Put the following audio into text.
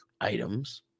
items